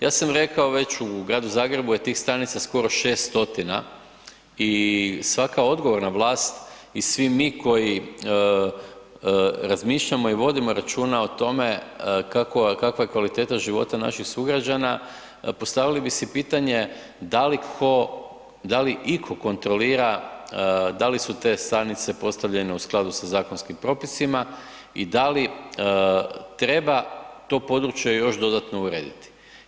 Ja sam rekao već u Gradu Zagrebu je tih stanica skoro 600 i svaka odgovorna vlast i svi mi koji razmišljamo i vodimo računa o tome kakva je kvaliteta života naših sugrađana postavili bi si pitanje da li tko, da li itko kontrolira da li su te stanice postavljene u skladu sa zakonskim propisima i da li treba to podruje još dodatno urediti.